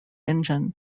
engine